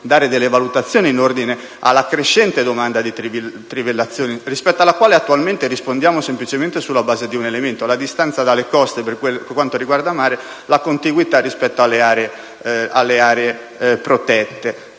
dare valutazioni in ordine alla crescente domanda di trivellazioni, rispetto alla quale attualmente rispondiamo semplicemente considerando due elementi: la distanza dalle coste per quanto riguarda il mare e la contiguità rispetto alle aree protette.